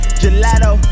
gelato